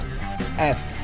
ask